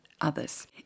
others